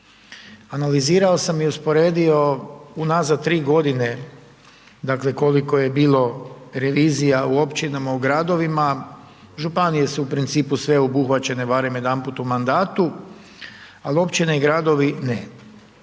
Analizirao sam i usporedio unazad 3 g. dakle, koliko je bilo revizija u općinama, u gradovima, županije su u principu sve obuhvaćene barem jedanput u mandatu ali općine i gradove ne.